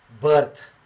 birth